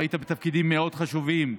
והיית בתפקידים מאוד חשובים,